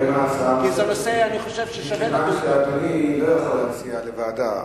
אני חושב שזה נושא ששווה לדון בזה.